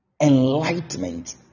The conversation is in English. enlightenment